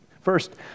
First